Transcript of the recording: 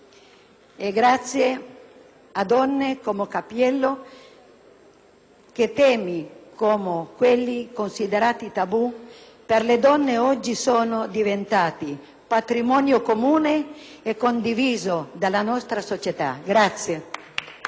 grazie a donne come la Cappiello che temi, una volta considerati tabù per le donne, oggi sono diventati patrimonio comune e condiviso della nostra società.